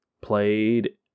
played